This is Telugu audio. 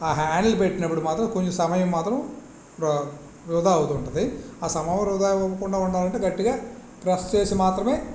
ఆ హ్యాండిల్ పెట్టినప్పుడు మాత్రం కొంచెం సమయం మాత్రం వృధా అవుతూ ఉంటుంది ఆ సమయం వృధా అవ్వకుండా ఉండాలంటే గట్టిగా ప్రెస్ చేసి మాత్రమే